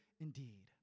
Indeed